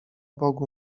bogu